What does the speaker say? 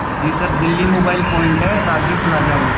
जी sir Delhi mobile point है Rajiv plaza में